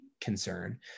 concern